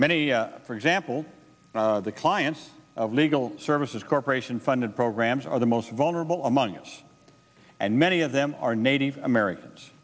many for example the clients of legal services corporation funded programs are the most vulnerable among us and many of them are native americans